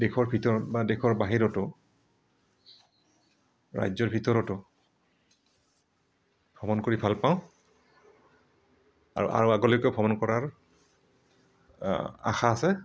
দেশৰ ভিতৰত বা দেশৰ বাহিৰতো ৰাজ্যৰ ভিতৰতো ভ্ৰমণ কৰি ভাল পাওঁ আৰু আগলৈকে ভ্ৰমণ কৰাৰ আশা আছে